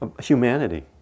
humanity